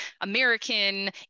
american